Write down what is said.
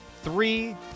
three